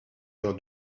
your